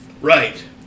Right